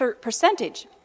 percentage